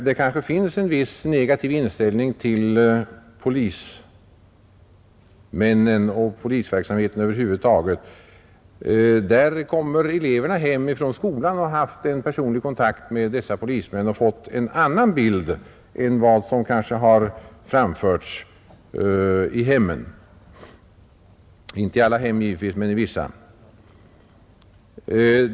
Det finns hem med en viss negativ inställning till polismännen och till polisverksamheten över huvud taget. Nu kommer eleverna hem från skolan och har haft en personlig kontakt med polismän och fått en annan bild än den som kanske har tecknats i hemmen — givetvis inte i alla hem men i vissa.